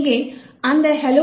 இங்கே அந்த hello